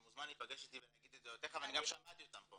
אתה מוזמן להיפגש איתי ולהגיד את דעותיך ואני גם שמעתי אותם פה.